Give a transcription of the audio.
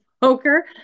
poker